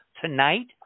tonight